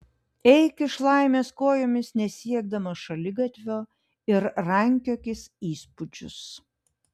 eik iš laimės kojomis nesiekdamas šaligatvio ir rankiokis įspūdžius